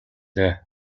дээ